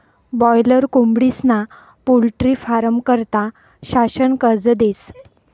boiler कोंबडीस्ना poultry फारमं करता शासन कर्ज देस